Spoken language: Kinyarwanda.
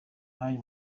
hari